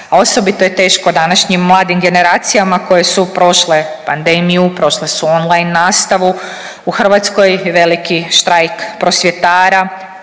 a osobito je teško današnjim mladim generacijama koje su prošle pandemiju, prošle su on line nastavu u Hrvatskoj veliki štrajk prosvjetara,